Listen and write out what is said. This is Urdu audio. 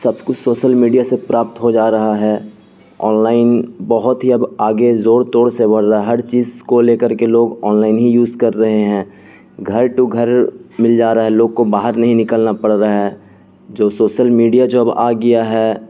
سب کچھ سوسل میڈیا سے پراپت ہو جا رہا ہے آن لائن بہت ہی اب آگے زور توڑ سے بڑھ رہا ہے ہر چیز کو لے کر کے لوگ آن لائن ہی یوز کر رہے ہیں گھر ٹو گھر مل جا رہا ہے لوگ کو باہر نہیں نکلنا پڑ رہا ہے جو سوسل میڈیا جو اب آ گیا ہے